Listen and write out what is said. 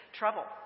trouble